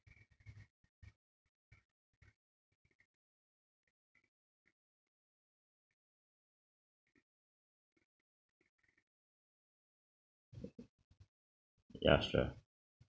ya sure